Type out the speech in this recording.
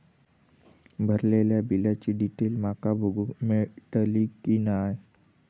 भरलेल्या बिलाची डिटेल माका बघूक मेलटली की नाय?